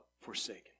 forsaken